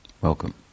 Welcome